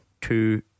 two